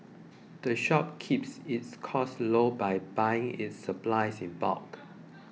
the shop keeps its costs low by buying its supplies in bulk